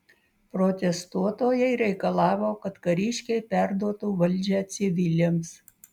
protestuotojai reikalavo kad kariškiai perduotų valdžią civiliams